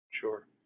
sure